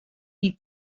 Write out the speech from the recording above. die